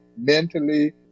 mentally